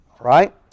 Right